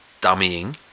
dummying